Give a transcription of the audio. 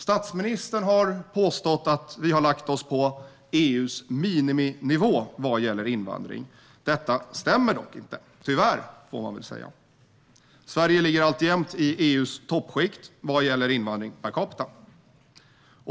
Statsministern har påstått att vi har lagt oss på "EU:s miniminivå" vad gäller invandring. Detta stämmer dock inte - tyvärr, får man väl säga. Sverige ligger alltjämt i EU:s toppskikt vad gäller invandring per capita.